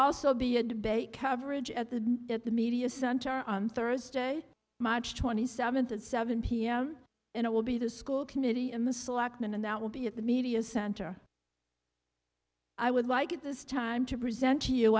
also be a debate coverage at the at the media center on thursday march twenty seventh at seven p m and it will be the school committee in the selection and that will be at the media center i would like at this time to present